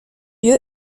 lieu